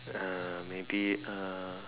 uh maybe uh